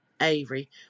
Avery